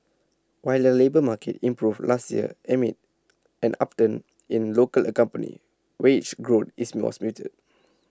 while the labour market improved last year amid an upturn in local economy wage growth is was muted